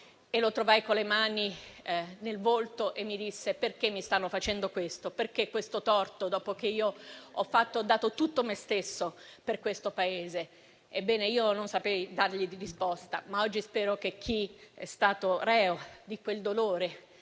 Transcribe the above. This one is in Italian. e lo trovai con le mani nel volto. Mi chiese perché gli stavano facendo questo, perché quel torto, dopo che aveva dato tutto se stesso per questo Paese. Ebbene, io non seppi dargli una risposta, ma oggi spero che chi è stato reo di quel dolore,